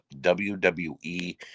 WWE